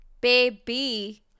baby